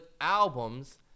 albums